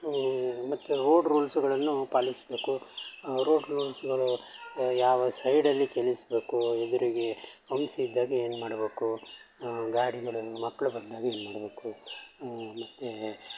ಮತ್ತು ರೋಡ್ ರೂಲ್ಸ್ಗಳನ್ನು ಪಾಲಿಸಬೇಕು ರೋಡ್ ರೂಲ್ಸ್ಗಳು ಯಾವ ಸೈಡಲ್ಲಿ ಚಲಿಸಬೇಕು ಎದುರಿಗೆ ಹಂಪ್ಸ್ ಇದ್ದಾಗ ಏನು ಮಾಡಬೇಕು ಗಾಡಿಗಳನ್ನು ಮಕ್ಕಳು ಬಂದಾಗ ಏನು ಮಾಡಬೇಕು ಮತ್ತು